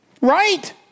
Right